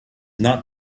not